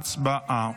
הצבעה.